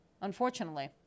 unfortunately